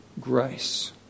grace